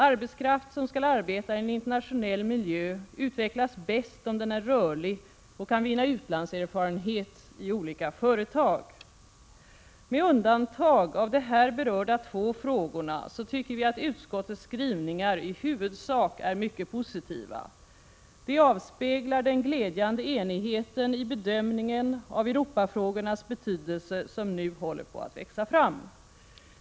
Arbetskraft som skall arbeta i en internationell miljö utvecklas bäst om den är rörlig och kan vinna utlandserfarenhet i olika företag. Med undantag av de här berörda två frågorna tycker vi att utskottets skrivningar i huvudsak är mycket positiva. Det avspeglar den glädjande enighet i bedömningen av Europafrågornas betydelse som nu håller på att växa fram.